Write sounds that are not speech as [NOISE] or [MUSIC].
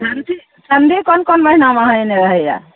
[UNINTELLIGIBLE] ठंडी कोन कोन महीनामे अहाँ एने रहैया